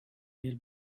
their